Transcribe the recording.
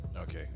Okay